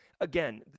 again